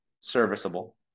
serviceable